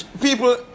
people